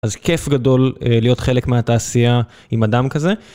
אז כיף גדול להיות חלק מהתעשייה עם אדם כזה.